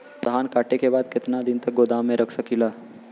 धान कांटेके बाद कितना दिन तक गोदाम में रख सकीला?